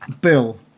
Bill